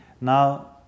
now